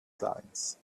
science